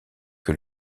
que